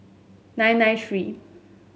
nine nine three